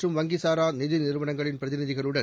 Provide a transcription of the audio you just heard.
மற்றும் வங்கிசாரா நிதி நிறுவனங்களின் பிரதிநிதிகளுடன்